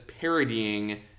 parodying